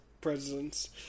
presidents